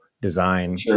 design